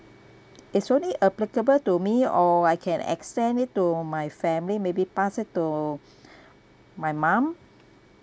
it's only applicable to me or I can extend it to my family maybe pass it to my mum